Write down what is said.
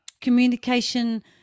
communication